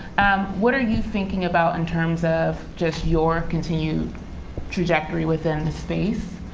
what are you thinking about in terms of just your continued trajectory within this space?